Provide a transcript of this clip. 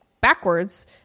backwards